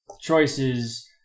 choices